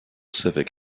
civic